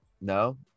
No